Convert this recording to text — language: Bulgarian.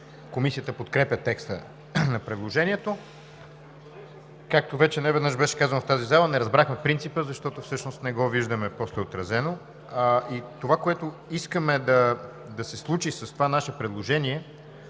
по принцип подкрепя текста на предложението. Както вече неведнъж беше казано в тази зала – не разбрахме принципа, защото всъщност не го виждаме отразено след това. Това, което искаме да се случи с предложението